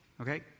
Okay